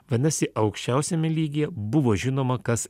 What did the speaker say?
vadinasi aukščiausiame lygyje buvo žinoma kas